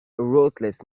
rootless